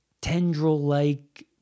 tendril-like